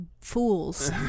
fools